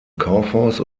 kaufhaus